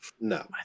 No